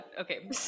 Okay